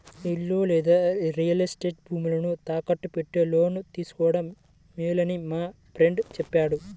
ఇల్లు లేదా real estate భూములను తాకట్టు పెట్టి లోను తీసుకోడం మేలని మా ఫ్రెండు చెప్పాడు